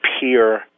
peer